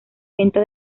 venta